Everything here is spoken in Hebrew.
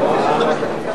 וביוב לאוכלוסיות נזקקות (תיקוני חקיקה),